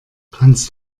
kannst